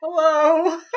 Hello